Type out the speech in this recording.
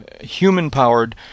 human-powered